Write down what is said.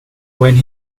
when